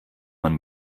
man